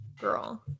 girl